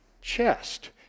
chest